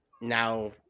now